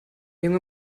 junge